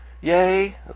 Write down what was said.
Yay